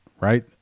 right